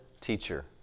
teacher